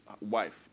wife